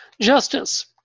Justice